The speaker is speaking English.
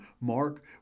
Mark